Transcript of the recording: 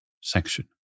section